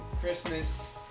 Christmas